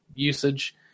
usage